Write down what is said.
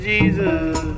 Jesus